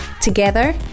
Together